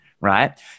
right